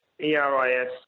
ERIS